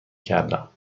کردم